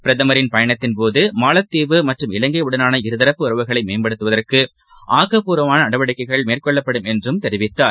பிரதமரின் பயணத்தின்போது இலங்கைவுடனான மாலத்தீவு மற்றும் இருதரப்பு உறவுகளைமேம்படுத்துவதற்கு ஆக்கப்பூர்வமானநடவடிக்கைகள் மேற்கொள்ளப்படும் என்றும் தெரிவித்தார்